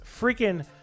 freaking